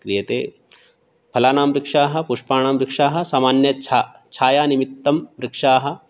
क्रियते फलानां वृक्षाः पुष्पानां वृक्षाः सामान्य छा छायानिमित्तं वृक्षाः